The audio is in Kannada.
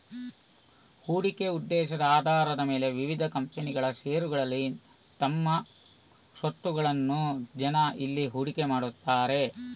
ಹೂಡಿಕೆ ಉದ್ದೇಶದ ಆಧಾರದ ಮೇಲೆ ವಿವಿಧ ಕಂಪನಿಗಳ ಷೇರುಗಳಲ್ಲಿ ತಮ್ಮ ಸ್ವತ್ತುಗಳನ್ನ ಜನ ಇಲ್ಲಿ ಹೂಡಿಕೆ ಮಾಡ್ತಾರೆ